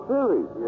Series